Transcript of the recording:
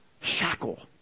shackle